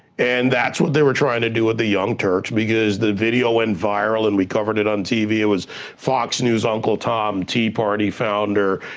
and that's what they were trying to do at the young turks because the video went and viral and we covered it on tv. it was fox news uncle tom, tea party founder,